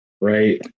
right